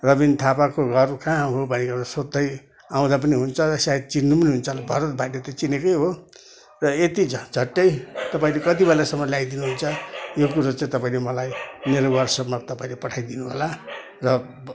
रबिन थापाको घर कहाँ हो भनेर सोद्धै आउँदा पनि हुन्छ सायद चिन्नु पनि हुन्छ होला भरत भाइले त चिनेकै हो र यति झ झट्टै तपाईँले कतिसम्म ल्याइदिनुहुन्छ यो कुरो चाहिँ तपाईँले मलाई मेरो वाट्सएपमा तपाईँले पठाइदिनु होला र